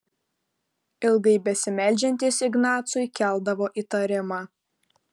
ilgai besimeldžiantys ignacui keldavo įtarimą